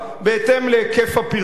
בהתאם להיקף הפרסום,